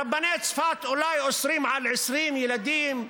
רבני צפת אולי אוסרים על 20 ילדים,